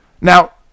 Now